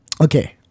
Okay